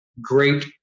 great